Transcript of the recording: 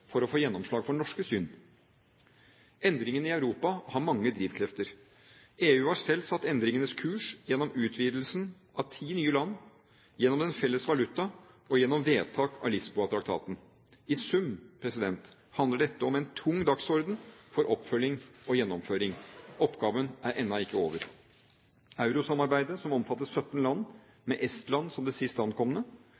for å få gjennomslag for norske syn. Endringene i Europa har mange drivkrefter. EU har selv satt endringenes kurs; gjennom utvidelsen med ti nye land, gjennom den felles valuta og gjennom vedtak av Lisboa-traktaten. I sum handler dette om en tung dagsorden for oppfølging og gjennomføring. Oppgaven er ennå ikke over. Eurosamarbeidet, som omfatter 17 land